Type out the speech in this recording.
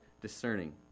discerning